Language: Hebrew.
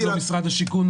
לא משרד השיכון,